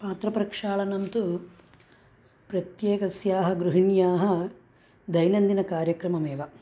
पात्रप्रक्षालनं तु प्रत्येकस्याः गृहिण्याः दैनन्दिनकार्यक्रममेव